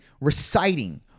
reciting